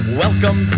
welcome